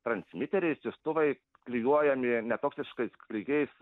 transmiteriai siųstuvai klijuojami netoksiškais klijais